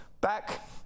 back